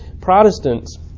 Protestants